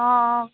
অঁ অঁ